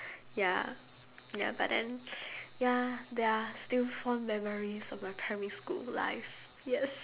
ya ya but then ya there are still fond memories of my primary school life yes